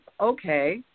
okay